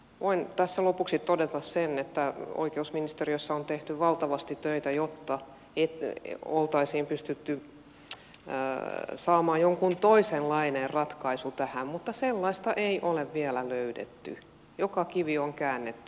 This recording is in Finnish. voin tässä lopuksi todeta sen että oikeusministeriössä on tehty valtavasti töitä jotta oltaisiin pystytty saamaan joku toisenlainen ratkaisu tähän mutta sellaista ei ole vielä löydetty joka kivi on käännetty